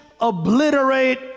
obliterate